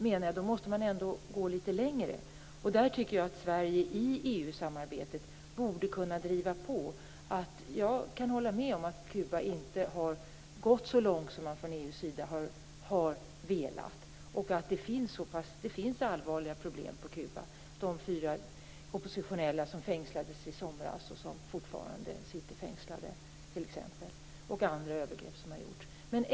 Man måste gå litet längre. Där tycker jag att Sverige i EU samarbetet borde kunna driva på. Jag kan hålla med om att Kuba inte har gått så långt som man från EU velat och att det finns allvarliga problem på Kuba, t.ex. de fyra oppositionella som fängslades i somras och som fortfarande sitter i fängelse och andra övergrepp.